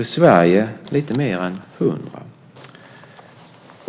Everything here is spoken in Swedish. I Sverige finns det lite fler än 100.